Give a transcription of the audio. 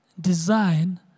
design